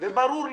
וברור לי,